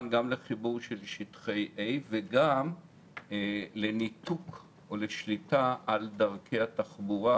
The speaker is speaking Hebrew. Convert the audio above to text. גם לחיבור של שטחי A וגם לניתוק או לשליטה על דרכי התחבורה,